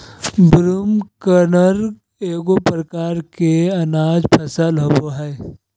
broomcorn एगो प्रकार के अनाज फसल होबो हइ